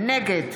נגד